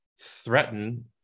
threaten